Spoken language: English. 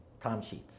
timesheets